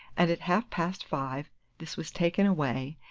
and at half-past five this was taken away,